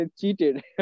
cheated